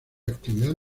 actividad